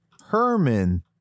herman